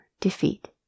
defeat